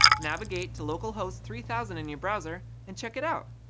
navigate to localhost three thousand in your browser and check it out.